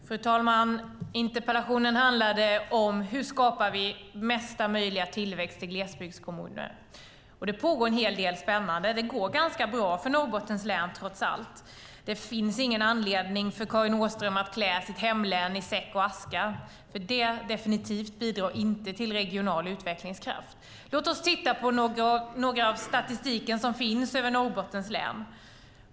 Fru talman! Interpellationen handlade om: Hur skapar vi mesta möjliga tillväxt i glesbygdskommuner? Det pågår en hel del spännande, och det går ganska bra för Norrbottens län, trots allt. Det finns ingen anledning för Karin Åström att klä sitt hemlän i säck och aska. Det bidrar definitivt inte till regional utvecklingskraft. Låt oss titta på den statistik som finns över Norrbottens län.